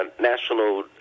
national